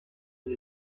and